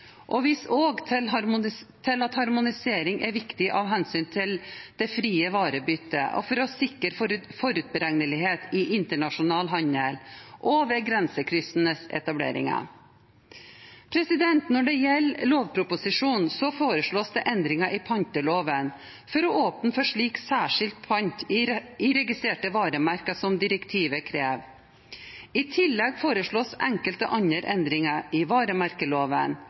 og viser også til at harmonisering er viktig av hensyn til det frie varebyttet og for å sikre forutberegnelighet i internasjonal handel og ved grensekryssende etableringer. Når det gjelder lovproposisjonen, foreslås det endringer i panteloven for å åpne for slik særskilt pant i registrerte varemerker som direktivet krever. I tillegg foreslås enkelte andre endringer i varemerkeloven